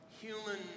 human